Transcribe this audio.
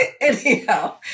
anyhow